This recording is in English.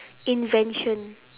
invention